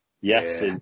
Yes